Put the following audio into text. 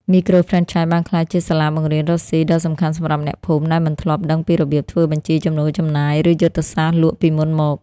មីក្រូហ្វ្រេនឆាយបានក្លាយជា "សាលាបង្រៀនរកស៊ី" ដ៏សំខាន់សម្រាប់អ្នកភូមិ ដែលមិនធ្លាប់ដឹងពីរបៀបធ្វើបញ្ជីចំណូលចំណាយ ឬយុទ្ធសាស្ត្រលក់ពីមុនមក។